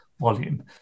volume